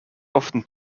often